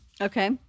Okay